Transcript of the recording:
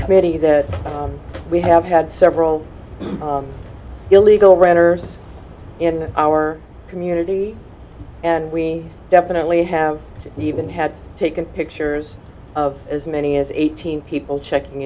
committee that we have had several illegal renters in our community and we definitely have even had taken pictures of as many as eighteen people checking